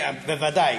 בוודאי,